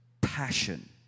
passion